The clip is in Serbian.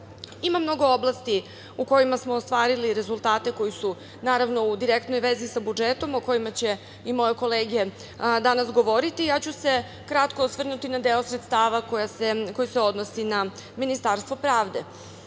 mnogo oblasti u kojima smo ostvarili rezultate koji su, naravno, u direktnoj vezi sa budžetom, o kojima će i moje kolege danas govoriti. Ja ću se kratko osvrnuti na deo sredstava koji se odnosi na Ministarstvo pravde. Naime,